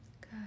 Good